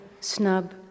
snub